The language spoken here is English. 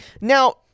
Now